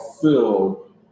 filled